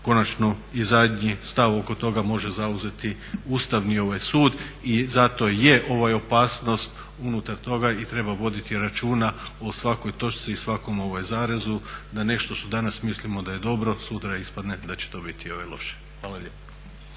konačno i zadnji stav oko toga može zauzeti Ustavni sud i zato je opasnost unutar toga i treba voditi računa o svakoj točci i svakom zarezu, da nešto što danas mislimo da je dobro sutra ispadne da će to biti loše. Hvala lijepo.